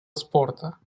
спорта